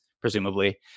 presumably